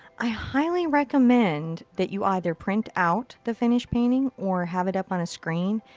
i highly recommend that you either print out the finished painting or have it up on a screen.